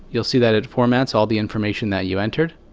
you'll see that it formats all the information that you entered.